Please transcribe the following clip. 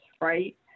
right